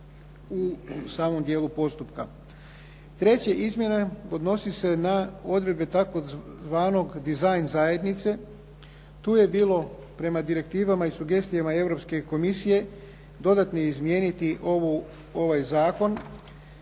u samom dijelu postupka. Treće izmjene odnose se na odredbe tzv. dizajna zajednice. Tu je bilo prema direktivama i sugestijama Europske komisije dodatno izmijeniti ovaj zakon